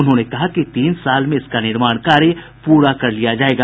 उन्होंने कहा कि तीन साल में इसका निर्माण कार्य पूरा कर लिया जायेगा